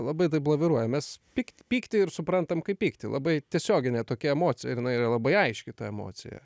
labai taip laviruoja mes pykt pyktį ir suprantam kaip pyktį labai tiesioginė tokia emocija labai aiški ta emocija